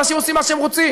אנשים עושים מה שהם רוצים.